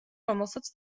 რომელსაც